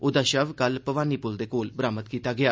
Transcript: ओहदा शव कल भवानी पुलै दे कोल बरामद कीता गेआ